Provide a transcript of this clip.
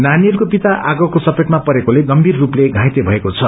नानीहरूको पिता आगको चपेटमा परेकोले गम्भीर रूपले घाईते भएको छ